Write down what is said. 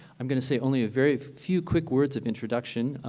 i'm going to say only a very few quick words of introduction.